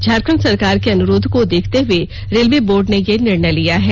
झारखंड सरकार के अनुरोध को देखते हुए रेलवे बोर्ड ने यह निर्णय लिया है